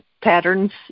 patterns